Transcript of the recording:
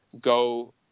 go